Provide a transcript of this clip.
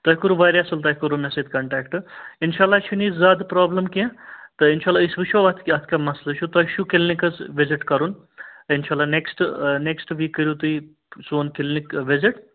تۄہہِ کوٚرُو واریاہ اَصٕل تۄہہِ کوٚرُو مےٚ سۭتۍ کَنٹیکٹ اِنشاء اللہ چھِنہٕ یہِ زیادٕ پرٛابلٕم کیٚنٛہہ تہٕ اِنشاء اللہ أسۍ وٕچھو اَتھ یَتھ کیٛاہ مسلہٕ چھُ تۄہہِ چھُو کِلنِکَس وِزِٹ کَرُن اِنشاء اللہ نٮ۪کٕسٹ نٮ۪کٕسٹ ویٖک کٔرِو تُہۍ سون کِلنِک وِزِٹ